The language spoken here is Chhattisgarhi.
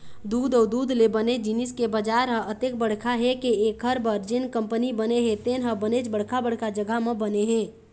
दूद अउ दूद ले बने जिनिस के बजार ह अतेक बड़का हे के एखर बर जेन कंपनी बने हे तेन ह बनेच बड़का बड़का जघा म बने हे